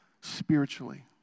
spiritually